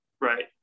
Right